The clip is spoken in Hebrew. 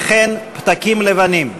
וכן פתקים לבנים.